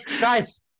Guys